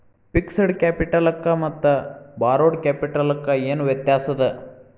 Fixed ಕ್ಯಾಪಿಟಲಕ್ಕ ಮತ್ತ borrowed ಕ್ಯಾಪಿಟಲಕ್ಕ ಏನ್ ವ್ಯತ್ಯಾಸದ?